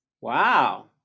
wow